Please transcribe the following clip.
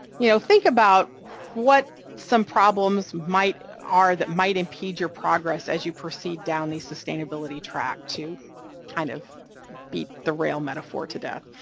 you know, think about what some problems are that might impede your progress as you proceed down the sustainability track, to kind of beat the rail metaphor to death,